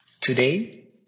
Today